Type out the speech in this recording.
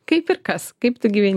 kaip ir kas kaip tu gyveni